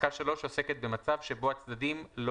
פסקה (3) עוסקת במצב שבו הצדדים לא